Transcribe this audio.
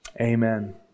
Amen